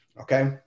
Okay